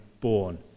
born